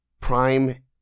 prime